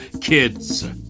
Kids